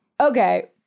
Okay